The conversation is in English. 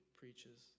preaches